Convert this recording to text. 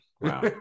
wow